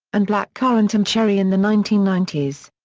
and blackcurrant and cherry in the nineteen ninety s.